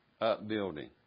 upbuilding